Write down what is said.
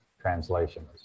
translations